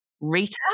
Rita